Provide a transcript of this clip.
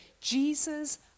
Jesus